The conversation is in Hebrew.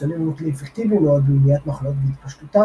חיסונים הם כלי אפקטיבי מאוד במניעת מחלות והתפשטותן,